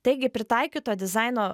taigi pritaikyto dizaino